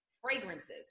fragrances